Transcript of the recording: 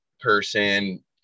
person